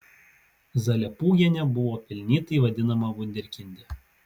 zalepūgienė buvo pelnytai vadinama vunderkinde